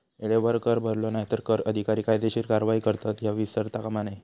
येळेवर कर भरलो नाय तर कर अधिकारी कायदेशीर कारवाई करतत, ह्या विसरता कामा नये